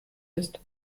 ist